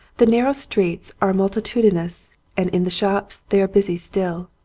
the narrow streets are multi tudinous and in the shops they are busy still.